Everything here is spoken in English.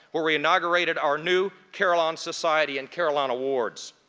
where we inaugurated our new carillon society and carillon awards.